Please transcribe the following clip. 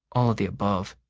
all of the above.